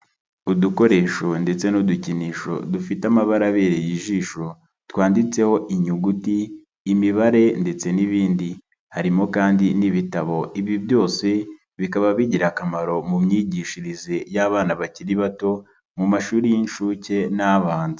Udukoresho ndetse n'udukinisho dufite amabara abereye ijisho, twanditseho inyuguti, imibare ndetse n'ibindi, harimo kandi n'ibitabo, ibi byose bikaba bigira akamaro mu myigishirize y'abana bakiri bato mu mashuri y'inshuke n'abanza.